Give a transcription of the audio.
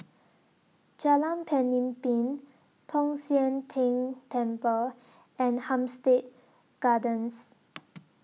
Jalan Pemimpin Tong Sian Tng Temple and Hampstead Gardens